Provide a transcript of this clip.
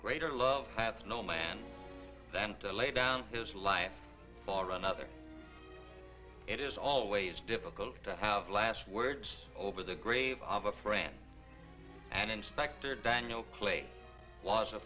greater love hath no man than to lay down his life for another it is always difficult to have last words over the grave of a friend and inspector daniel clay was a